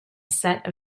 set